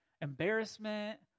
embarrassment